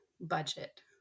budget